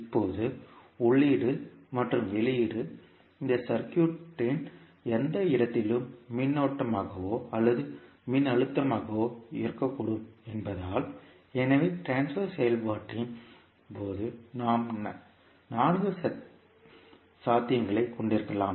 இப்போது உள்ளீடு மற்றும் வெளியீடு இந்த சர்க்யூட் ன் எந்த இடத்திலும் மின்னோட்டமாகவோ அல்லது மின்னழுத்தமாகவோ இருக்கக்கூடும் என்பதால் எனவே ட்ரான்ஸ்பர் செயல்பாட்டின் போது நாம் நான்கு சாத்தியங்களைக் கொண்டிருக்கலாம்